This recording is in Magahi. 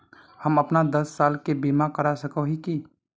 हम अपन दस साल के बीमा करा सके है की?